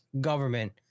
government